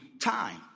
time